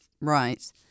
Right